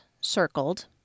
circled